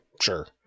sure